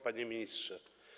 Panie Ministrze!